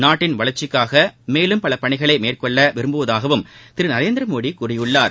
நாட்டின் வளர்ச்சிக்காக மேலும் பல பணிகளை மேற்கொள்ள விருப்புவதாகவும் திரு நரேந்திர மோடி கூறியுள்ளார்